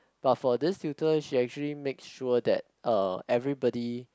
but for this tutor she actually make sure that uh everybody